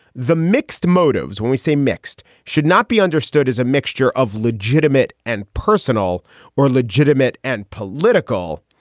the mixed motives when we say mixed should not be understood as a mixture of legitimate and personal or legitimate and political.